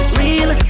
real